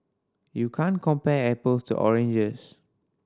you can't compare apples to oranges